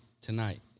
tonight